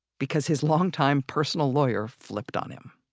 because his longtime personal lawyer flipped on him